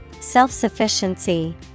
Self-sufficiency